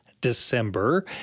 December